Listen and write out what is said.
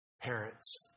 parents